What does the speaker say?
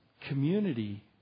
community